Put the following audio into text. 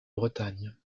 bretagne